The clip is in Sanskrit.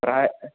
प्राय्